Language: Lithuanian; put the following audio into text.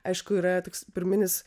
aišku yra toks pirminis